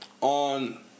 on